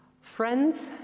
Friends